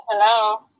Hello